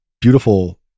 beautiful